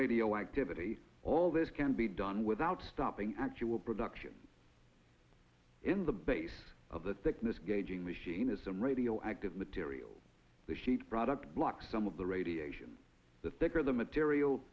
radioactivity all this can be done without stopping actual production in the base of the thickness gauging machine is some radioactive material that she product blocks some of the radiation the thicker the material